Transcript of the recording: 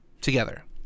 together